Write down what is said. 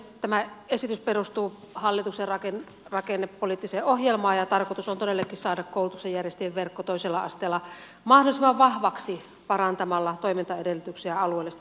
tämä esitys perustuu hallituksen rakennepoliittiseen ohjelmaan ja tarkoitus on todellakin saada koulutuksen järjestäjien verkko toisella asteella mahdollisimman vahvaksi parantamalla toimintaedellytyksiä ja alueellista saatavuutta